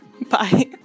Bye